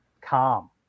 calm